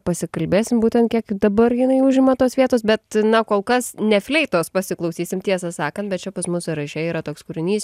pasikalbėsim būtent kiek dabar jinai užima tos vietos bet na kol kas ne fleitos pasiklausysim tiesą sakant bet čia pas mus sąraše yra toks kūrinys